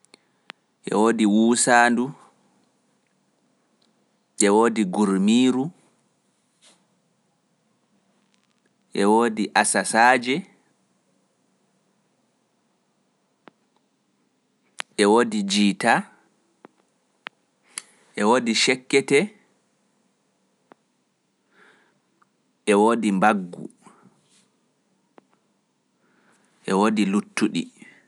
E woodi wuusaandu, ɗe woodi ɓurmiiru, ɗe woodi asasaaje, ɗe woodi jiita, ɗe woodi cekketee, ɗe woodi mbaggu, ɗe woodi luuttuɗi.